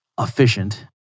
efficient